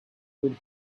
would